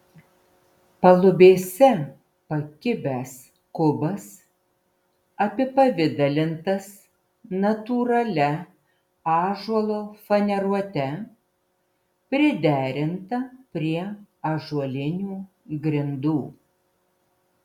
palubėse pakibęs kubas apipavidalintas natūralia ąžuolo faneruote priderinta prie ąžuolinių grindų